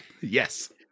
yes